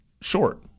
short